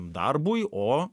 darbui o